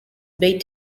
bait